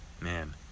man